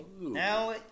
Now